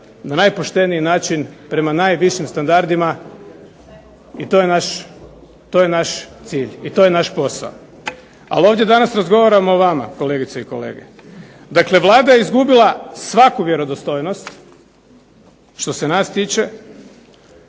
na najpošteniji način prema najvišim standardima i to je naš cilj i to je naš posao. Ali ovdje danas razgovaramo o vama kolegice i kolege. Dakle, Vlada je izgubila svaku vjerodostojnost što se nas tiče.